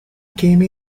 came